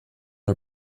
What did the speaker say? are